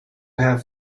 have